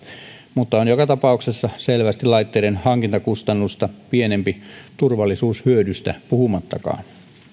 mutta se on joka tapauksessa selvästi laitteiden hankintakustannusta pienempi turvallisuushyödystä puhumattakaan